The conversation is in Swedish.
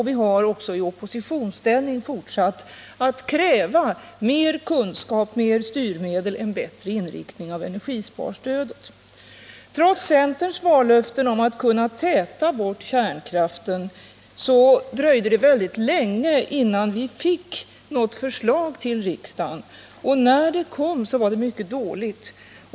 Vi har också i oppositionsställning fortsatt att kräva mer kunskap, mer styrmedel, en bättre inriktning av energisparstödet. Trots centerns vallöften om att vi skulle kunna täta bort kärnkraften dröjde det väldigt länge innan vi fick något förslag till riksdagen, och när det kom var det mycket dåligt.